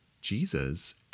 Jesus